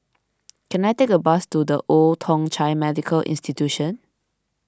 can I take a bus to the Old Thong Chai Medical Institution